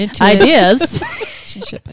ideas